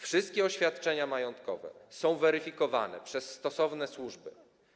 Wszystkie oświadczenia majątkowe są weryfikowane przez stosowne służby.